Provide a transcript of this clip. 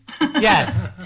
Yes